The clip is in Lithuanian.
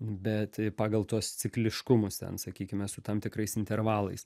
bet pagal tuos cikliškumus ten sakykime su tam tikrais intervalais